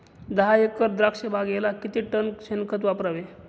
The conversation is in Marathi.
दहा एकर द्राक्षबागेला किती टन शेणखत वापरावे?